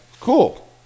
Cool